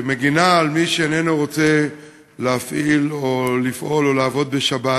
שמגינה על מי שאיננו רוצה להפעיל או לפעול או לעבוד בשבת,